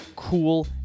cool